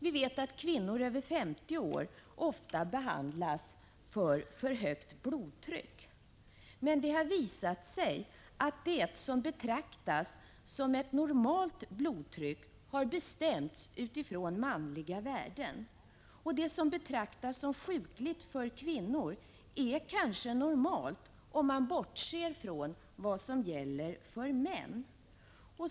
Vi vet att kvinnor över 50 år ofta behandlas för för högt blodtryck. Men det har visat sig att det som betraktas som ett normalt blodtryck har bestämts utifrån manliga värden. Det som betraktas som sjukligt för kvinnor är kanske normalt, om man bortser från vad som gäller för männen.